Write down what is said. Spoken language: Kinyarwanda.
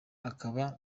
akaba